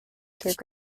through